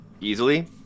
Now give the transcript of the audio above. easily